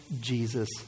Jesus